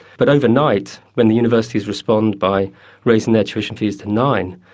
but overnight when the universities respond by raising their tuition fees to nine